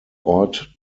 ort